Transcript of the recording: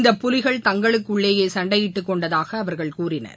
இந்த புலிகள் தங்களுக்குள்ளே சண்டையிட்டுக் கொண்டதாக அவர்கள் கூறினர்